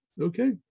Okay